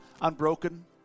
Unbroken